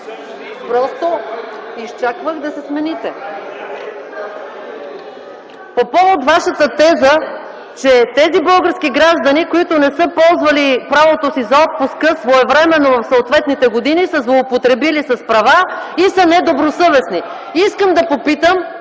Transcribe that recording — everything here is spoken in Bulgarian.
да се изказват! МАЯ МАНОЛОВА: По повод вашата теза, че тези български граждани, които не са ползвали правото си за отпуск своевременно в съответните години, са злоупотребили с права и са недобросъвестни, искам да попитам: